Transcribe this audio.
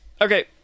Okay